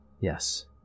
Yes